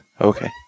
Okay